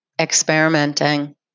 experimenting